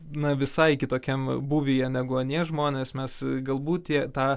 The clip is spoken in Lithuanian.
na visai kitokiam būvyje negu anie žmonės mes galbūt tie tą